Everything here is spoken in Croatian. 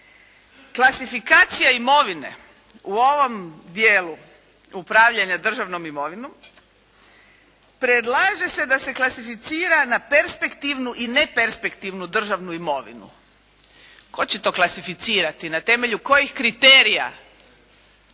Klasifikacija imovine u ovom dijelu upravljanja državnom imovinom, predlaže se da se klasificira na perspektivnu i neperspektivnu državnu imovinu. Tko će to klasificirati? Na temelju kojih kriterija?